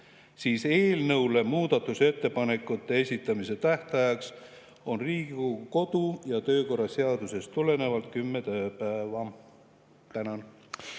siis on eelnõule muudatusettepanekute esitamise tähtajaks Riigikogu kodu- ja töökorra seadusest tulenevalt kümme tööpäeva. Tänan!